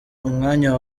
umwanya